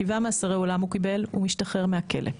שבעה מאסרי עולם הוא קיבל הוא משתחרר מהכלא,